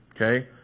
Okay